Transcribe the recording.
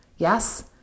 Yes